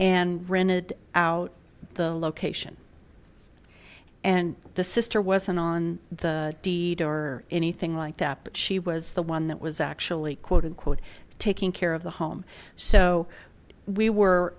and rented out the location and the sister wasn't on the deed or anything like that but she was the one that was actually quote unquote taking care of the home so we were